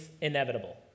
inevitable